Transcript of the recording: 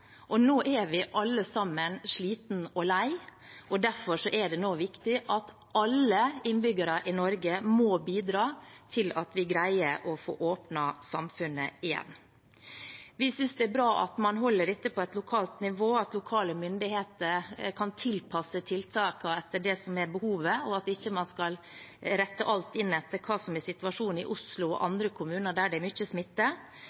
Nå er vi alle sammen slitne og lei, derfor er det nå viktig at alle innbyggere i Norge må bidra til at vi greier å få åpnet samfunnet igjen. Vi synes det er bra at man holder dette på et lokalt nivå, at lokale myndigheter kan tilpasse tiltakene etter det som er behovet, og at man ikke skal rette alt inn etter hva som er situasjonen i Oslo og andre kommuner der det er mye smitte.